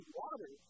water